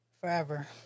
Forever